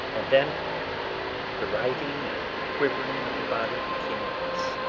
and then the writhing and quivering of the body became less,